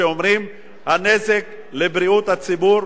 שאומרים: הנזק לבריאות הציבור,